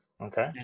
Okay